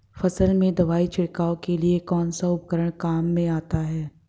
फसल में दवाई छिड़काव के लिए कौनसा उपकरण काम में आता है?